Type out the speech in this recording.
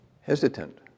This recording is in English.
Hesitant